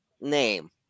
name